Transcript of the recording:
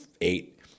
eight